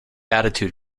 attitude